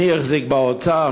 מי החזיק באוצר,